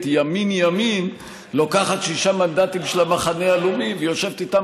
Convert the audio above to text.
ימין-ימין לוקחת שישה מנדטים של המחנה הלאומי ויושבת איתם